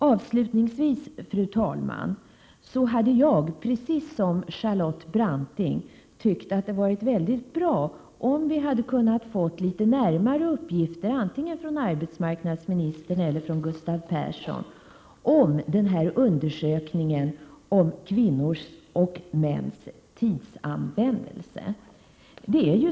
Avslutningsvis, fru talman, vill jag i likhet med Charlotte Branting säga att jag hade tyckt att det hade varit bra om vi hade kunnat få närmare uppgifter antingen från arbetsmarknadsministern eller från Gustav Persson om undersökningen om kvinnors och mäns tidsanvändning.